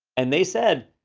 and they said,